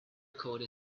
code